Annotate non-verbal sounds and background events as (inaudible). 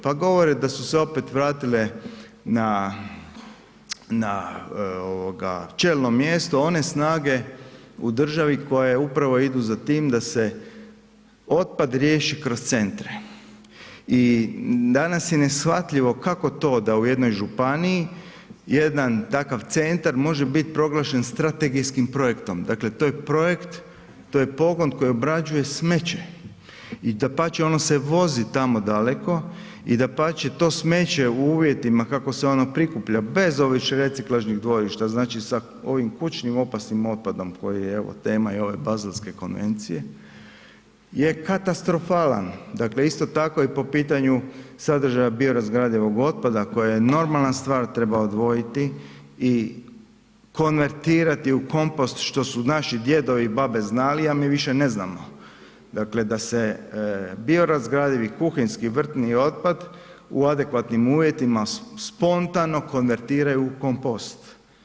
Pa govore da su se opet vratile na čelno mjesto one snage u državi koje upravo idu za tim da se otpad riješi kroz centre i danas je neshvatljivo kako to da u jednoj županiji jedan takav centar može biti proglašen strategijskim projektom, dakle to je projekt, to je pogon koji obrađuje smeće i dapače, on se vozi tamo daleko i dapače, to smeće u uvjetima kako se ono prikuplja bez ... (unintelligible) reciklažnih dvorišta, znači sa ovim kućnim opasnim otpadom koji je evo tema i ove Baselske konvencije je katastrofalan, dakle isto tako i po pitanju sadržaja biorazgradivog otpada koji je normalna stvar treba odvojiti i konvertirati u kompost što su naši djedovi i babe znali a mi više ne znamo, dakle da se biorazgradivi kuhinjski i vrtni otpad u adekvatnim uvjetima spontano konvertira u kompost.